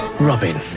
Robin